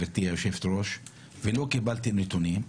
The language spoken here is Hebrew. גברתי היושבת ראש ולא קיבלתי נתונים,